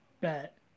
Bet